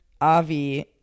Avi